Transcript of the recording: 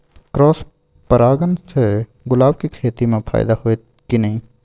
Cross परागण से गुलाब के खेती म फायदा होयत की नय?